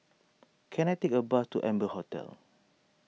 can I take a bus to Amber Hotel